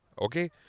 okay